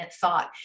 thought